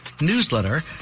newsletter